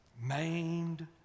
maimed